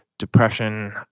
depression